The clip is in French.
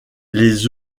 les